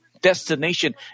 destination